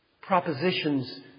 Propositions